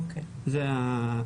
ככלל,